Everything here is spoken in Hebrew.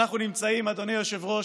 אנחנו נמצאים, אדוני היושב-ראש,